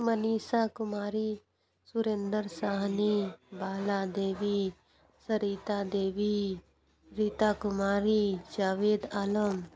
Manisha Kumari Surendra Sahni Bala Devi Sarita Devi Rita Kumari Javed Alam